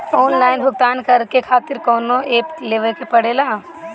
Online भुगतान करके के खातिर कौनो ऐप लेवेके पड़ेला?